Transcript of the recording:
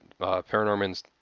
Paranorman's